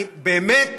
אני באמת